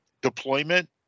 deployment